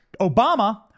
Obama